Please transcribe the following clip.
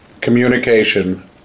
communication